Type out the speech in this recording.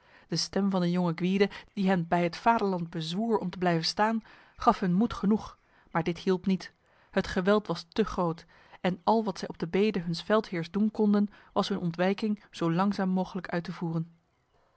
de stem van de jonge gwyde die hen bij het vaderland bezwoer om te blijven staan gaf hun moed genoeg maar dit hielp niet het geweld was te groot en al wat zij op de bede huns veldheers doen konden was hun ontwijking zo langzaam mogelijk uit te voeren